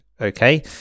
okay